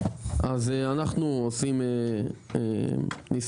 אז אנחנו עושים ניסיון,